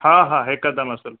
हा हा हिकदमि